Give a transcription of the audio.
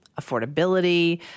affordability